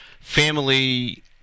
family